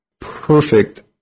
Perfect